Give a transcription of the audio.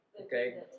Okay